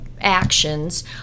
actions